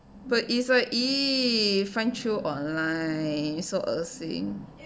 but is like !eww! find through online so 恶心